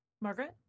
Margaret